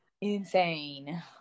insane